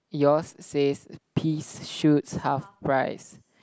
yours says peas shoots half price